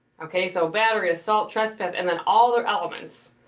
okay. so battery, assault, trespass, and then all the elements.